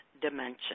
dimension